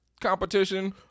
competition